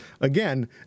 again